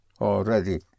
Already